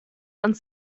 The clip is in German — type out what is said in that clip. und